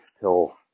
till